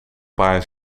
paar